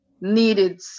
needed